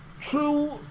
True